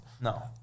No